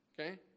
Okay